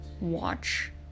watch